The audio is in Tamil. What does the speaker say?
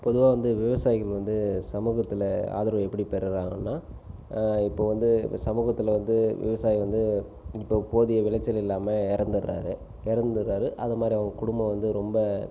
பொதுவாக வந்து விவாசாயிகள் வந்து சமூகத்தில் ஆதரவு எப்படி பெறுறாங்கன்னா இப்போ வந்து இப்போ சமூகத்தில் வந்து விவசாயி வந்து இப்போ போதிய விளைச்சல் இல்லாமல் இறந்துட்றாரு இறந்துட்றாரு அதமாதிரி அவங்க குடும்பம் வந்து ரொம்ப